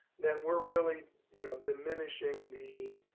then we're really you know diminishing the